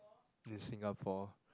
in Singapore